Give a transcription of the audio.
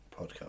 podcast